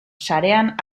sarean